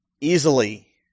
easily